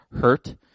hurt